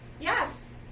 Yes